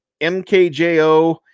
MKJO